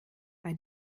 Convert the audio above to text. bei